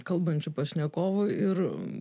kalbančių pašnekovų ir